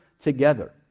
together